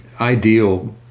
ideal